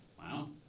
Wow